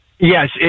Yes